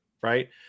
right